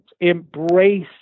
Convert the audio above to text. Embrace